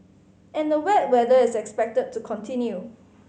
and the wet weather is expected to continue